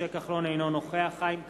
אינו נוכח חיים כץ,